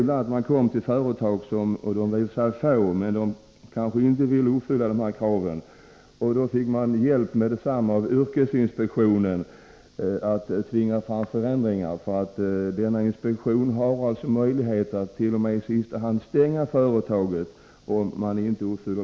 Ibland kom vi till företag — de var i och för sig få — som inte ville uppfylla kraven. Vi fick då med detsamma hjälp av yrkesinspektionen, så att förändringar kunde framtvingas. I sista hand har yrkesinspektionen t.o.m. möjlighet att stänga ett företag, om inte lagens krav uppfylls.